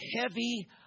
heavy